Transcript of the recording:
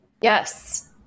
Yes